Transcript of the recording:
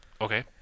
Okay